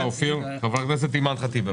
חברת הכנסת אימאן ח'טיב.